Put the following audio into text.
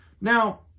now